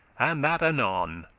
and that anon